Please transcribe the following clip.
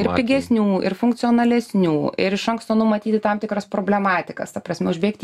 ir pigesnių ir funkcionalesnių ir iš anksto numatyti tam tikras problematikas ta prasme užbėgti